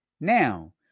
Now